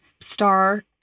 star